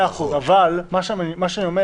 אבל, מה שאני אומר